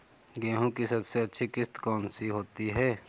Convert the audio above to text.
गेहूँ की सबसे अच्छी किश्त कौन सी होती है?